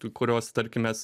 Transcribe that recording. kurios tarkim mes